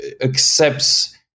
accepts